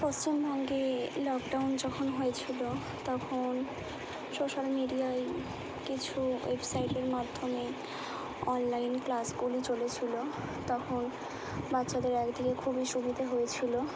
পশ্চিমবঙ্গে লকডাউন যখন হয়েছিলো তখন সোশ্যাল মিডিয়ায় কিছু ওয়েবসাইটের মাধ্যমে অনলাইন ক্লাসগুলি চলেছিলো তখন বাচ্চাদের একদিকে খুবই সুবিধে হয়েছিলো